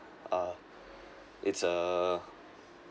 uh it's a